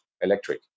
electric